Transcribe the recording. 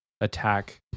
attack